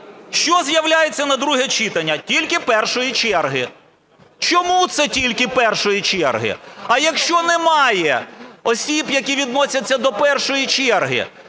Що з'являється на друге читання: "…тільки першої черги". Чому це "тільки першої черги"? А якщо немає осіб, які відносяться до першої черги?